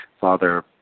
Father